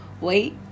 wait